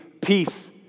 peace